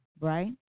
right